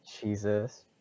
Jesus